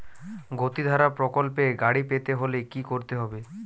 গতিধারা প্রকল্পে গাড়ি পেতে হলে কি করতে হবে?